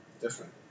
different